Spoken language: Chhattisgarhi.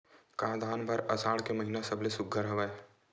का धान बर आषाढ़ के महिना सबले सुघ्घर हवय?